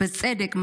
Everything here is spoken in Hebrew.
בצדק,